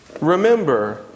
Remember